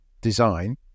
design